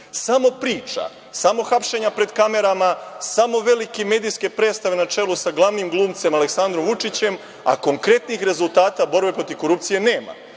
Samo priča, samo hapšenja pred kamerama, samo velike medijske predstave na čelu sa glavnim glumcem Aleksandrom Vučićem, a konkretnih rezultata za borbu protiv korupcije nema. Ja